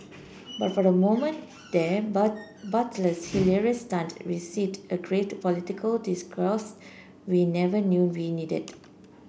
but for a moment there Butler's hilarious stunt received a graved political discourse we never knew we needed